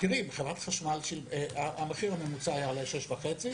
המחיר הממוצע היה 6.3,